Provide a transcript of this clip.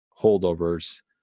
holdovers